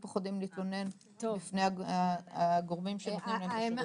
הורים מפחדים להתלונן בפני הגורמים שנותנים להם את השירותים.